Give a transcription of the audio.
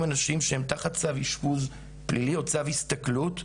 אנשים שהם תחת צו אשפוז פלילי או צו הסתכלות,